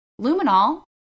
LUMINAL